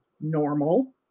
normal